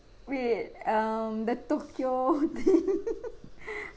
wait um the tokyo thing